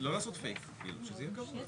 לא לעשות "פייק", שזה יהיה קבוע.